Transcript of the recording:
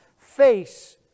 face